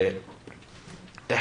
הרוגים מס' 57 ו-58,